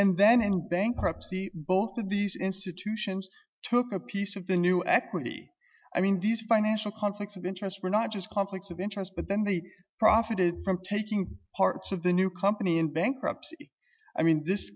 and then in bankruptcy both of these institutions took a piece of the new equity i mean these financial conflicts of interest were not just conflicts of interest but then they profited from taking parts of the new company in bankruptcy i mean this